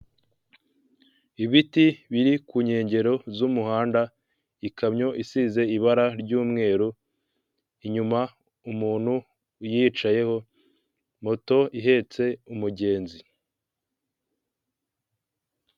Ibiti biri ku nkengero z'umuhanda, ikamyo isize ibara ry'umweru, inyuma umuntu uyicayeho, moto ihetse umugenzi.